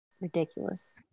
ridiculous